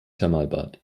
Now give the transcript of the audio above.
thermalbad